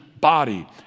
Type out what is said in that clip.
body